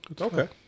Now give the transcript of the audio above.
Okay